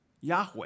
Yahweh